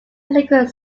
liquid